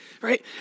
Right